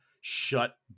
shut